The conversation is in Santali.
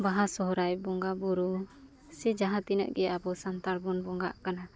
ᱵᱟᱦᱟ ᱥᱚᱦᱨᱟᱭ ᱵᱚᱸᱜᱟ ᱵᱳᱨᱳ ᱥᱮ ᱡᱟᱦᱟᱸ ᱛᱤᱱᱟᱹᱜ ᱜᱮ ᱟᱵᱚ ᱥᱟᱱᱛᱟᱲ ᱵᱚᱱ ᱵᱚᱸᱜᱟᱜ ᱠᱟᱱᱟ